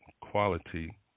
quality